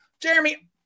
Jeremy